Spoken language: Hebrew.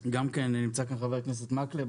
נמצא כאן גם חבר הכנסת מקלב,